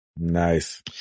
Nice